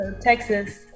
Texas